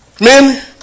Men